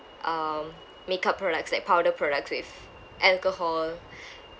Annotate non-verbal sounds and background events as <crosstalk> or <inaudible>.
um makeup products like powder product with alcohol <breath>